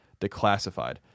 Declassified